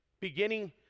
beginning